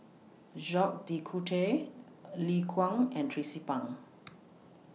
Jacques De Coutre Liu Kang and Tracie Pang